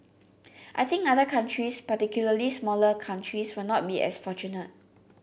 I think other countries particularly smaller countries will not be as fortunate